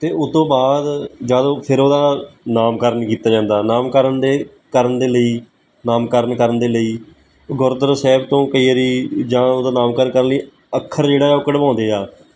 ਅਤੇ ਉਹ ਤੋਂ ਬਾਅਦ ਜਦ ਉਹ ਫਿਰ ਉਹਦਾ ਨਾਮਕਰਨ ਕੀਤਾ ਜਾਂਦਾ ਨਾਮਕਰਨ ਦੇ ਕਰਨ ਦੇ ਲਈ ਨਾਮਕਰਨ ਕਰਨ ਦੇ ਲਈ ਗੁਰਦੁਆਰਾ ਸਾਹਿਬ ਤੋਂ ਕਈ ਵਾਰੀ ਜਾਂ ਉਹਦਾ ਨਾਮਕਰਨ ਕਰਨ ਲਈ ਅੱਖਰ ਜਿਹੜਾ ਉਹ ਕਢਵਾਉਂਦੇ ਆ